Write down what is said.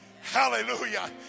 Hallelujah